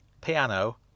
piano